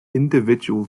individual